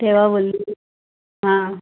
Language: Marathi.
ठेवा बोलली हां